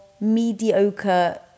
mediocre